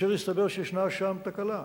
כאשר הסתבר שישנה שם תקלה.